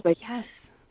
Yes